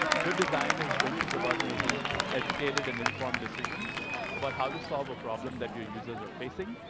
good design and sprints is about making educated and informed decisions about how to solve a problem that your users are facing.